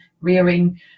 rearing